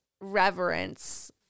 reverence